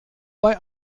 bei